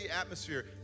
atmosphere